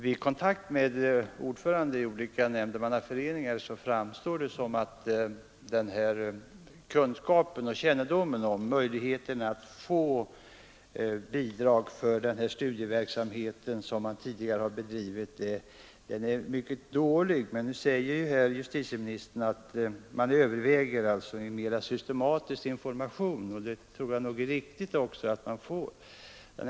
Vid kontakter med ordförandena i olika nämndemannaföreningar får man intrycket att kännedomen om möjligheten att erhålla bidrag för den studieverksamhet som tidigare bedrivits är mycket dålig. Men nu säger ju justitieministern att en mera systematisk information övervägs, och jag tror det är riktigt att försöka åstadkomma en sådan.